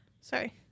Sorry